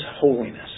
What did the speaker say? holiness